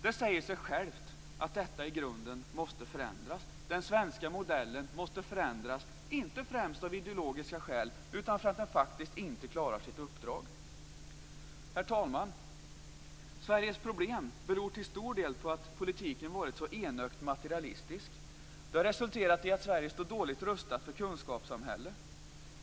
Det säger sig självt att detta i grunden måste förändras. Den svenska modellen måste förändras, inte främst av ideologiska skäl utan därför att den faktiskt inte klarar sitt uppdrag. Herr talman! Sveriges problem beror till stor del på att politiken varit så enögt materialistisk. Det har resulterat i att Sverige står dåligt rustat för kunskapssamhället.